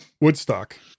Woodstock